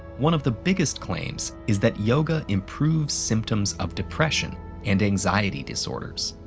one of the biggest claims is that yoga improves symptoms of depression and anxiety disorders.